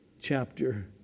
chapter